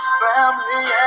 family